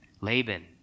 Laban